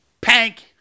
Pank